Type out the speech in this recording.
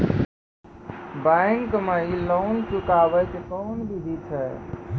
Bank माई loan चुकाबे के कोन बिधि छै?